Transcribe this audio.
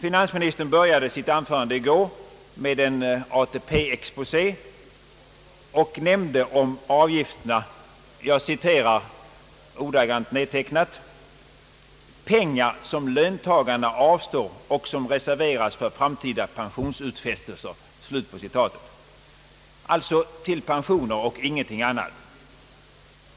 Finansministern började sitt anfö rande i går med en ATP-exposé och benämnde avgifterna »pengar som löntagarna avstår och som reserveras för framtida pensionsutfästelser», alltså till pensioner och ingenting annat.